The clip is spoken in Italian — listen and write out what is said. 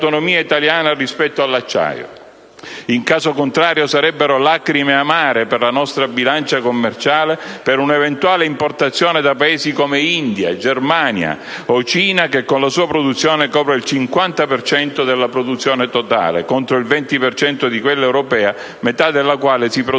In caso contrario, sarebbero lacrime amare per la nostra bilancia commerciale per una eventuale importazione da Paesi come India, Germania o Cina, che con la sua produzione copre il 50 per cento della produzione totale, contro il 20 per cento di quella europea, metà della quale si produce